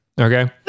Okay